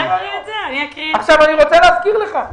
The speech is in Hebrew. אני רוצה להזכיר לך,